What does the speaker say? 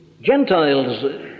Gentiles